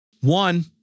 one –